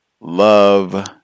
love